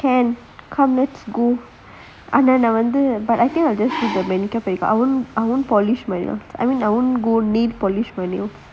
can and then I wonder but I think I just the manicure perdicure I won't I won't polish my lor I mean I won't go polish my nail